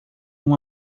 uma